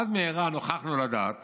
עד מהרה נוכחנו לדעת